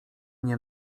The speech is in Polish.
nie